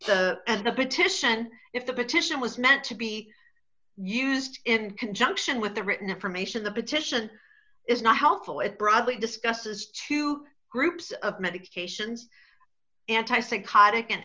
and the petition if the petition was meant to be used in conjunction with the written information the petition is not helpful it broadly discusses two groups of medications anti psychotic an